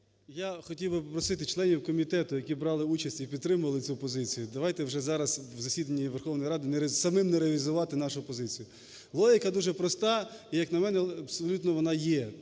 Я хотів би попросити членів комітету, які брали участь і підтримували цю позицію, давайте вже зараз в засіданні Верховної Ради самим не реалізувати нашу позицію. Логіка дуже проста, і, як на мене, абсолютно вона є.